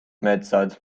metsad